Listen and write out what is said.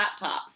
laptops